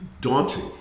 daunting